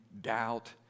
doubt